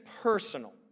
personal